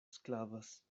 sklavas